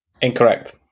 Incorrect